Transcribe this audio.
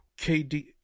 KD